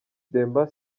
demba